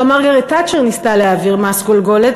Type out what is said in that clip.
גם מרגרט תאצ'ר ניסתה להעביר מס גולגולת,